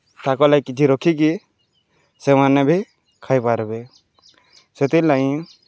ତାକର୍ଲାଗି କିଛି ରଖିକି ସେମାନେ ବି ଖାଇପାର୍ବେ ସେଥିଲାଗି